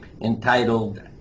entitled